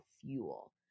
fuel